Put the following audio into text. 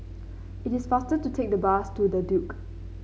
it is faster to take the bus to The Duke